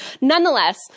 Nonetheless